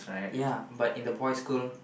ya but in the boys school